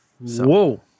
whoa